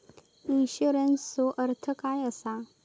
इन्शुरन्सचो अर्थ काय असा?